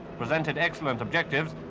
presented excellent objectives,